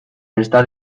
está